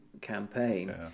campaign